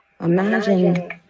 Imagine